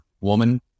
woman